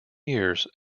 years